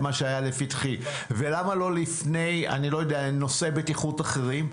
ולמה לא לפני נושאי בטיחות אחרים?